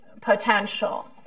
potential